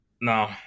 no